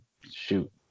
Shoot